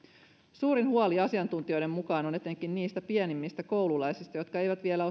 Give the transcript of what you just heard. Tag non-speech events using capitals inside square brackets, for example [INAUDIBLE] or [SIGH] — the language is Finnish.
suurin huoli asiantuntijoiden mukaan on etenkin niistä pienimmistä koululaisista jotka eivät vielä [UNINTELLIGIBLE]